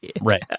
right